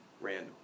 Random